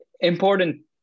Important